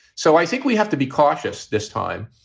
so i think we have to be cautious this time,